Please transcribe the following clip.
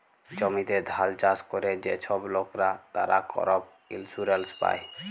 জমিতে ধাল চাষ ক্যরে যে ছব লকরা, তারা করপ ইলসুরেলস পায়